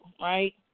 right